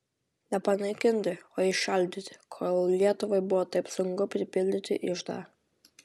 ne panaikinti o įšaldyti kol lietuvai buvo taip sunku pripildyti iždą